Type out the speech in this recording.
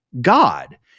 God